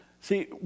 See